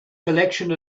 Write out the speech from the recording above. collection